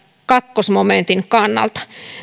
toisen momentin kannalta